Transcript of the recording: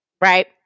Right